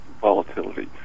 volatility